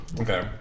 Okay